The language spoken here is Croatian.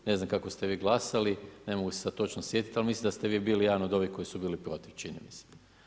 Ne znam kako ste vi glasali ne mogu se sad točno sjetiti, ali mislim da ste vi bili jedan od ovih koji su bili protiv čini mi se.